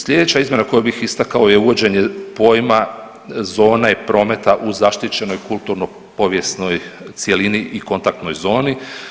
Sljedeća izmjena koju bih istakao je uvođene pojma zone i prometa u zaštićenoj kulturno povijesnoj cjelini i kontaktnoj zoni.